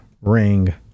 Ring